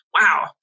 wow